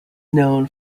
known